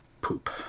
poop